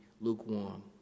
lukewarm